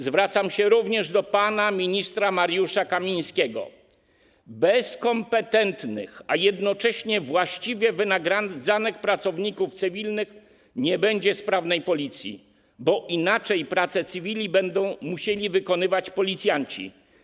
Zwracam się również do pana ministra Mariusza Kamińskiego: bez kompetentnych, a jednocześnie właściwie wynagradzanych pracowników cywilnych nie będzie sprawnej Policji, bo inaczej pracę cywili będą musieli wykonywać policjanci.